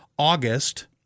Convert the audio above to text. august